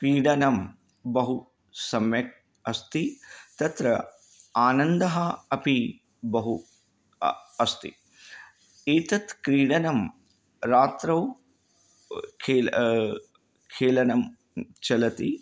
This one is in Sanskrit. क्रीडनं बहु सम्यक् अस्ति तत्र आनन्दः अपि बहु अस्ति एतत् क्रीडनं रात्रौ खेल् खेलनं चलति